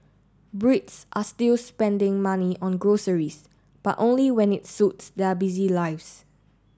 Brits are still spending money on groceries but only when it suits their busy lives